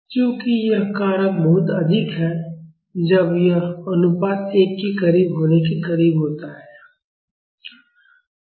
चूंकि यह कारक बहुत अधिक है जब यह अनुपात 1 के करीब होने के करीब होता है